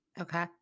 Okay